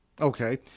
Okay